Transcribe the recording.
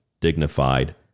dignified